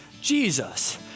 Jesus